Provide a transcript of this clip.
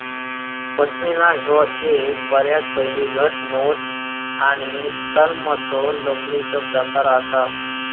पश्मीना ह्यो एक बऱ्यापैकी घटमुट आणि तलमसो लोकरीचो प्रकार आसा